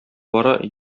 бара